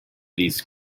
these